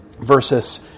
versus